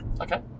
Okay